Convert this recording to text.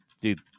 dude